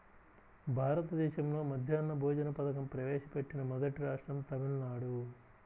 భారతదేశంలో మధ్యాహ్న భోజన పథకం ప్రవేశపెట్టిన మొదటి రాష్ట్రం తమిళనాడు